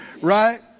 Right